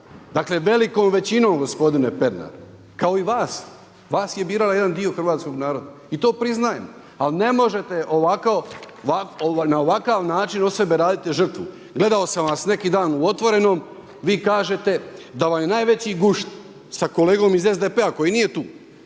Dakle, velikom većinom gospodine Pernar kao i vas. Vas je birao jedan dio hrvatskog naroda i to priznajem. Ali ne možete ovako, na ovakav način od sebe raditi žrtvu. Gledao sam vas neki dan u Otvorenom. Vi kažete da vam je najveći gušt sa kolegom iz SDP-a koji nije tu,